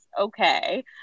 okay